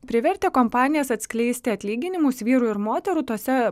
privertė kompanijas atskleisti atlyginimus vyrų ir moterų tose